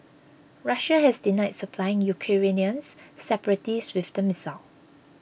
Russia has denied supplying Ukrainians separatists with the missile